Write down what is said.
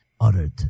uttered